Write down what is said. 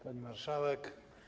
Pani Marszałek!